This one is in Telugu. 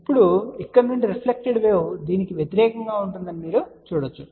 ఇప్పుడు ఇక్కడ నుండి రిఫ్లెక్టెడ్ వేవ్ దీనికి వ్యతిరేకం గా ఉంటుందని మీరు చూడవచ్చు